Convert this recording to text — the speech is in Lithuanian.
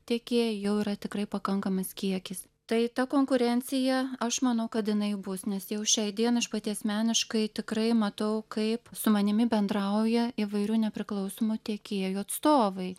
tiekėjai jau yra tikrai pakankamas kiekis tai ta konkurencija aš manau kad jinai bus nes jau šiai dienai aš pati asmeniškai tikrai matau kaip su manimi bendrauja įvairių nepriklausomų tiekėjų atstovai